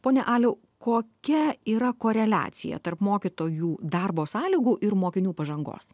pone aliau kokia yra koreliacija tarp mokytojų darbo sąlygų ir mokinių pažangos